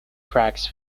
cracks